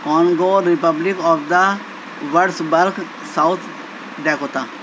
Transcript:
on go republic of the worst birth south dakota